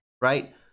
right